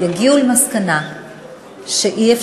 יגיעו למסקנה שאי-אפשר,